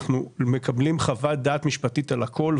אנחנו מקבלים חוות דעת משפטית על הכל,